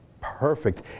perfect